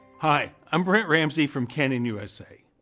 hi, i'm brent ramsey from canon usa.